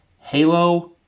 Halo